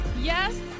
yes